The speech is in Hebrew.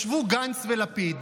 ישבו גנץ ולפיד,